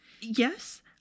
yes